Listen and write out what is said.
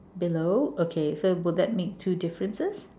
below okay so would that make two differences